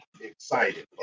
excited